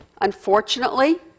Unfortunately